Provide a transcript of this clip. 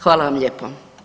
Hvala vam lijepo.